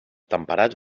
temperats